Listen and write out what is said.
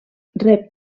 rep